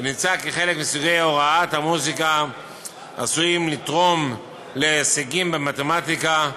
ונמצא כי חלק מסוגי הוראת המוזיקה עשויים לתרום להישגים במתמטיקה.